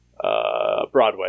Broadway